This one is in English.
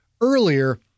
earlier